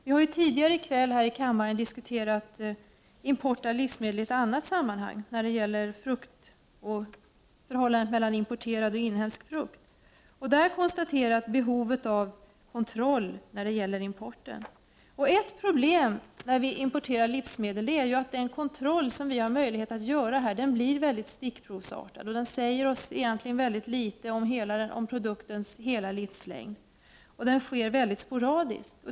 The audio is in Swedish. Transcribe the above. Vi har ju tidigare i kväll här i kammaren i ett annat sammanhang diskuterat import av livsmedel, nämligen när det gäller förhållandet mellan importerad och inhemsk frukt. Då konstaterade vi att det finns behov av kontroll av den importerade frukten. Ett problem vid import av livsmedel är att det är möjligt att endast göra stickprovskontroll. Den säger oss egentligen mycket litet om produktens hela livslängd. Denna kontroll sker dessutom mycket sporadiskt.